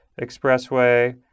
Expressway